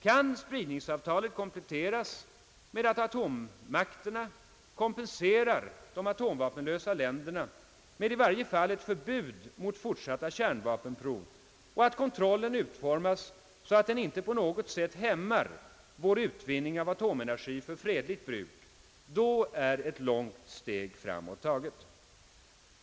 Kan däremot spridningsavtalet kompletteras med att atommakterna kompenserar de atomvapenlösa länderna med i varje fall ett förbud mot fortsatta kärnvapenprov och om kontrollen utformas så att den icke på något sätt Ang. Sveriges utrikespolitik hämmar vår utvinning av atomenergi för fredligt bruk, då är det ett långt steg taget framåt.